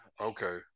okay